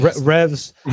Rev's